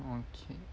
okay